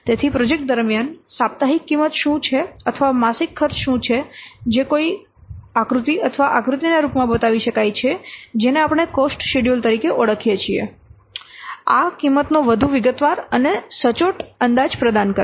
તેથી પ્રોજેક્ટ દરમિયાન સાપ્તાહિક કિંમત શું છે અથવા માસિક ખર્ચ શું છે જે કોઈ આકૃતિ અથવા આકૃતિના રૂપમાં બતાવી શકાય છે જેને આપણે કોસ્ટ શેડ્યૂલ તરીકે ઓળખીએ છીએ આ કિંમતનો વધુ વિગતવાર અને સચોટ અંદાજ પ્રદાન કરશે